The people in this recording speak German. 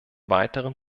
weiteren